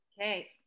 okay